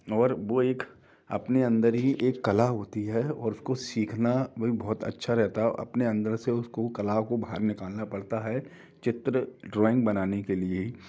और वो एक अपने अंदर ही एक कला होती है और कुछ सीखना भी बहुत अच्छा रहता है अपने अंदर से उसको कला को बाहर निकालना रहता है चित्र ड्रॉइंग बनाने के लिए